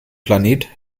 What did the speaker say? planet